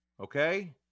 Okay